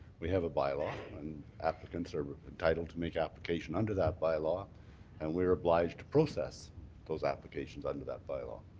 we have a bylaw and applicants are entitled to make application under that bylaw and we're obliged to process those applications under that bylaw.